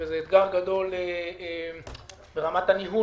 זה אתגר גדול ברמת הניהול,